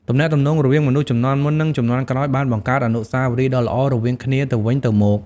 ទំនាក់ទំនងរវាងមនុស្សជំនាន់មុន និងជំនាន់ក្រោយបានបង្កើតអនុស្សាវរីយ៍ដ៏ល្អរវាងគ្នាទៅវិញទៅមក។